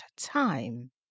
time